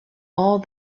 all